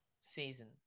season